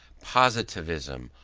positivism,